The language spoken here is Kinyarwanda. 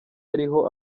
yariho